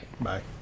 Bye